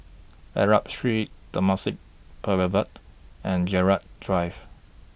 Arab Street Temasek Boulevard and Gerald Drive